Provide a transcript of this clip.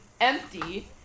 empty